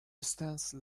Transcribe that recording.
استنس